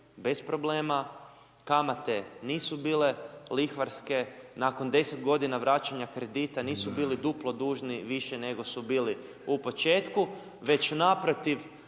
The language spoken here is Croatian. bez problema, kamate nisu bile lihvarske, nakon 10 g. vraćanja kredita nisu bili duplo dužni više nego su bili u početku, već naprotiv,